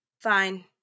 fine